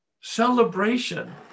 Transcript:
celebration